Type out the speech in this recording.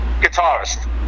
guitarist